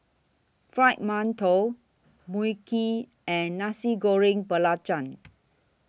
Fried mantou Mui Kee and Nasi Goreng Belacan